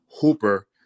Hooper